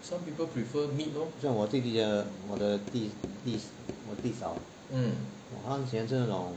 像我弟弟 ah 我的弟弟我弟嫂她很喜欢吃那种